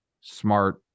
smart